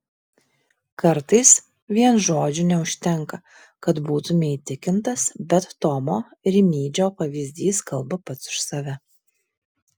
kartais vien žodžių neužtenka kad būtumei įtikintas bet tomo rimydžio pavyzdys kalba pats už save